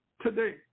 today